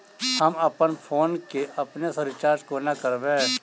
हम अप्पन फोन केँ अपने सँ रिचार्ज कोना करबै?